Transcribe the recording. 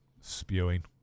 spewing